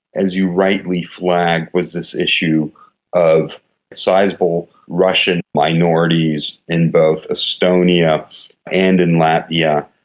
as you rightly flagged, was this issue of sizeable russian minorities in both estonia and in latvia.